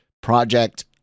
project